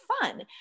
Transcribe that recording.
fun